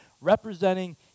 representing